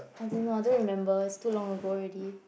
I don't know I don't remember it's too long ago already